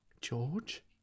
George